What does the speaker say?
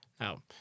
Now